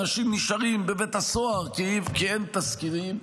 אנשים נשארים בבית הסוהר כי אין תזכירים.